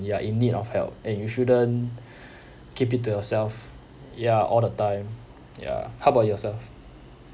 you are in need of help and you shouldn't keep it to yourself ya all the time ya how about yourself